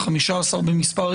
15 במספר,